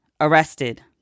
arrested